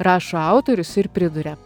rašo autorius ir priduria